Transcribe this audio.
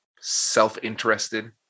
self-interested